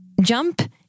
jump